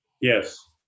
Yes